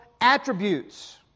attributes